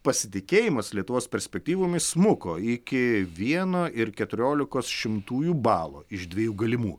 pasitikėjimas lietuvos perspektyvomis smuko iki vieno ir keturiolikos šimtųjų balo iš dviejų galimų